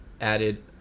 added